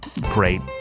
great